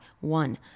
one